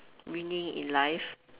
winning in life